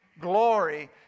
glory